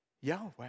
Yahweh